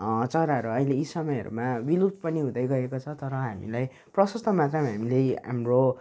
चराहरू अहिले यी समयहरूमा विलुप्त पनि हुँदैगएको छ तर हामीलाई प्रसस्त मात्रामा हामीले हाम्रो